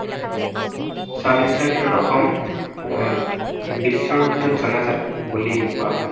চাহ বাগিচাৰ ক্ষেত্ৰত অসম বিশ্বৰ ভিতৰত জনাজাত বুলি কোৱা হয়